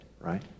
right